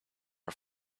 are